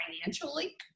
financially